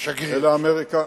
אלא אמריקה,